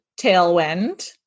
tailwind